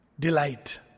Delight